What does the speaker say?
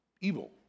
evil